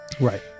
Right